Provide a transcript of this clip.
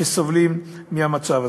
שסובלים מהמצב הזה.